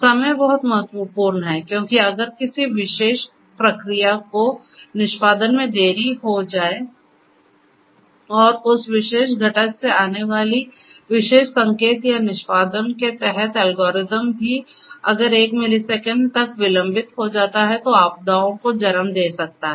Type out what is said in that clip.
समय बहुत महत्वपूर्ण है क्योंकि अगर किसी विशेष प्रक्रिया को निष्पादन में देरी हो जाती है और उस विशेष घटक से आने वाले विशेष संकेत या निष्पादन के तहत एल्गोरिथ्म भी अगर एक मिलीसेकंड तक विलंबित हो जाता है तो आपदाओं को जन्म दे सकता है